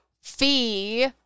fee